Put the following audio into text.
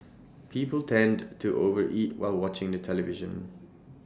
people tend to over eat while watching the television